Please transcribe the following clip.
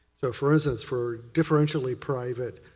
so for instance, for differentially private